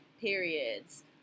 Periods